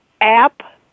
app